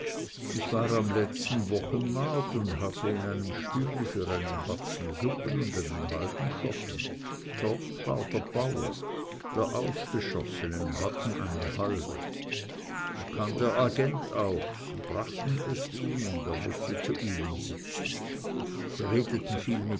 ich war am letzten wochenmarkt und hatte in stübli für einen batzen suppen und einen halben schoppen dort war der bauer der ausgeschossene und hatten eine halbe da kam der agent auch sie brachten es ihm und er mußte zu ihnen sitzen sie redeten